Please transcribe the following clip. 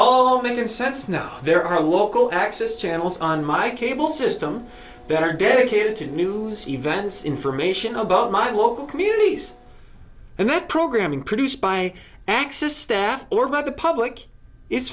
all made in sense now there are local access channels on my cable system better dedicated to new events information about my local communities and that programming produced by access staff or by the public i